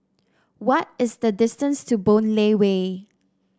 what is the distance to Boon Lay Way